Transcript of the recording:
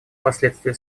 последствия